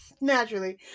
Naturally